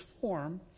form